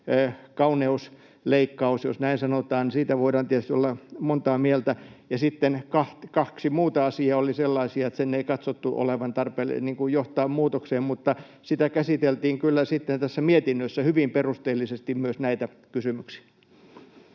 kauneusleikkaus, jos näin sanotaan. Siitä voidaan tietysti olla montaa mieltä. Sitten kaksi muuta asiaa olivat sellaisia, että niissä ei katsottu olevan tarpeen johtaa muutokseen. Tässä mietinnössä käsiteltiin kyllä hyvin perusteellisesti myös näitä kysymyksiä.